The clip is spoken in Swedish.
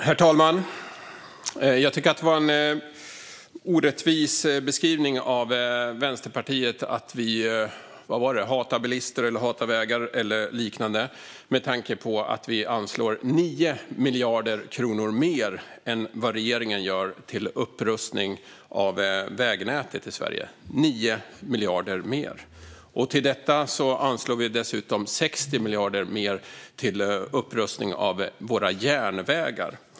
Herr talman! Jag tycker att det var en orättvis beskrivning av Vänsterpartiet att vi - vad var det - hatar bilister och vägar eller något liknande med tanke på att vi anslår 9 miljarder kronor mer än vad regeringen gör till upprustning av vägnätet i Sverige. Vi anslår 9 miljarder mer. Till detta anslår vi dessutom 60 miljarder mer till upprustning av våra järnvägar.